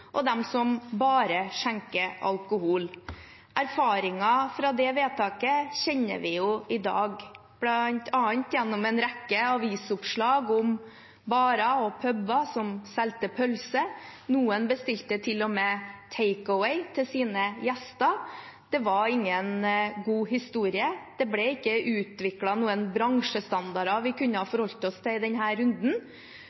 fra det vedtaket kjenner vi i dag, bl.a. gjennom en rekke avisoppslag om barer og puber som solgte pølser. Noen bestilte til og med take away til sine gjester. Det var ingen god historie. Det ble ikke utviklet noen bransjestandarder vi kunne ha